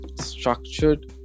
structured